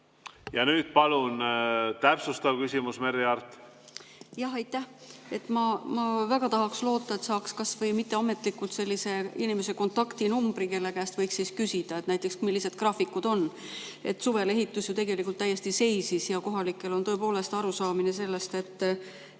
Ja nüüd palun täpsustav küsimus, Merry Aart! Jah, aitäh! Ma väga tahaks loota, et saaks kas või mitteametlikult sellise inimese kontaktnumbri, kelle käest võiks küsida näiteks, millised graafikud on. Suvel ehitus ju tegelikult täiesti seisis ja kohalikel on tõepoolest arusaamine, et